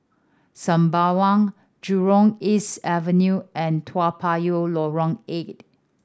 Sembawang Jurong East Avenue and Toa Payoh Lorong Eight